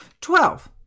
Twelve